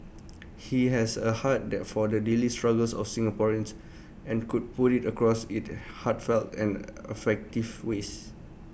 he has A heart their for the daily struggles of Singaporeans and could put IT across in heartfelt and effective ways